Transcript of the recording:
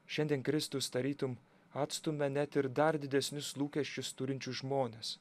šiandien kristus tarytum atstumia net ir dar didesnius lūkesčius turinčius žmones